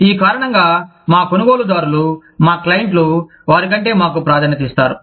ఈ కారణంగా మా కొనుగోలుదారులు మా క్లయింట్లు వారి కంటే మాకు ప్రాధాన్యత ఇస్తారు